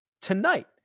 tonight